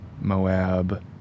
moab